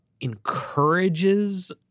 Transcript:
encourages